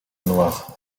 noire